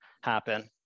happen